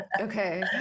Okay